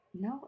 No